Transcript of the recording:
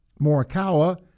Morikawa